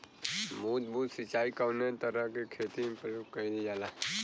बूंद बूंद सिंचाई कवने तरह के खेती में प्रयोग कइलजाला?